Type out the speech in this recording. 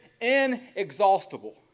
inexhaustible